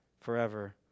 forever